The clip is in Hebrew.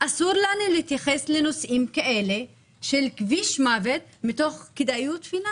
אסור לנו להתייחס לנושאים כאלה של כביש מוות מתוך כדאיות פיננסית.